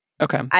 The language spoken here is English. Okay